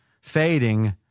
fading